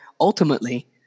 ultimately